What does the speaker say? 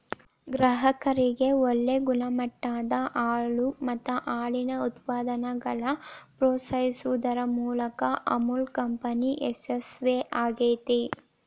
ಗ್ರಾಹಕರಿಗೆ ಒಳ್ಳೆ ಗುಣಮಟ್ಟದ ಹಾಲು ಮತ್ತ ಹಾಲಿನ ಉತ್ಪನ್ನಗಳನ್ನ ಪೂರೈಸುದರ ಮೂಲಕ ಅಮುಲ್ ಕಂಪನಿ ಯಶಸ್ವೇ ಆಗೇತಿ